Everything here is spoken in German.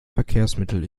verkehrsmittel